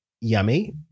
yummy